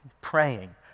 praying